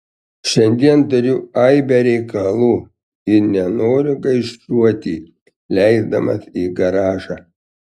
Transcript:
šiandien turiu aibę reikalų ir nenoriu gaišuoti leisdamasi į garažą